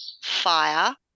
fire